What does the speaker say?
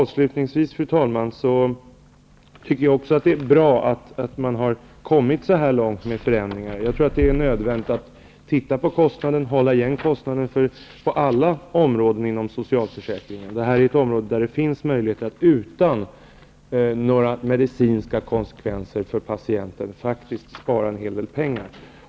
Avslutningsvis tycker jag också att det är bra att man har kommit så här långt med förändringar. Det är nödvändigt att titta på kostnaden och hålla ner den på alla områden inom socialförsäkringen. Detta är ett område där det finns möjlighet att faktiskt spara en hel del pengar utan några medicinska konsekvenser för patienten.